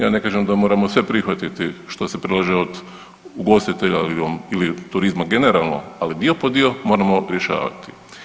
Ja ne kažem da moramo sve prihvatiti što se predlaže od ugostitelja ili turizma generalno, ali dio po dio moramo rješavati.